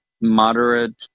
moderate